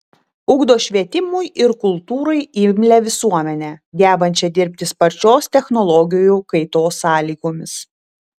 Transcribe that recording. ugdo švietimui ir kultūrai imlią visuomenę gebančią dirbti sparčios technologijų kaitos sąlygomis